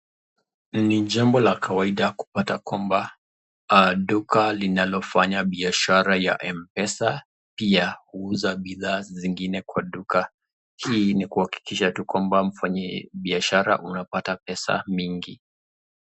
Ni jambo la kawaida kupata kwamba ,duka linalofanya biashara ya mpesa pia huuza bidhaa zingine kwa duka, hii ni kuhakikisha tu kwamba mfanyi biashara unapata pesa mingi.